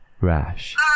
Rash